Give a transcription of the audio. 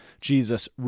Jesus